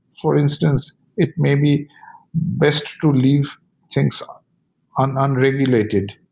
for instance it may be best to leave things um and unregulated.